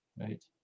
right